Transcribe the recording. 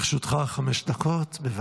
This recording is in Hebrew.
בבקשה, לרשותך חמש דקות.